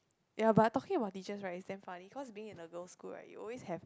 ya but I'm talking about teachers right it's damn funny because being in a girl school right you always have